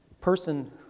person